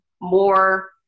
more